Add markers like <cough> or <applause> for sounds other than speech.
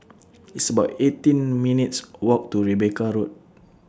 <noise> <noise> It's about eighteen minutes' Walk to Rebecca Road